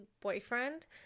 boyfriend